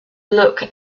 look